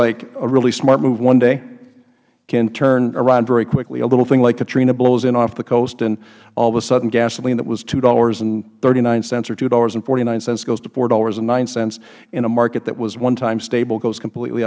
like a really smart move one day can turn around very quickly a little thing like katrina blows in off the coast and all of a sudden gasoline that was two dollars thirty nine cents or two dollars forty nine cents goes to four dollars nine cents and a market that was one time stable goes completely